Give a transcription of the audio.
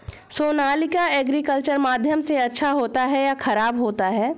Sonalika agriculture माध्यम से अच्छा होता है या ख़राब होता है?